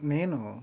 నేను